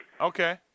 Okay